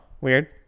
weird